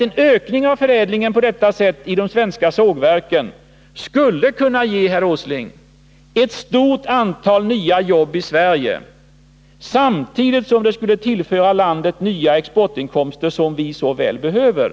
En ökning av förädlingen på detta sätt i de svenska sågverken skulle, herr Åsling, kunna ge ett stort antal nya jobb i Sverige och samtidigt tillföra landet nya exportinkomster, som vi så väl behöver.